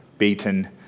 beaten